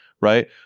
right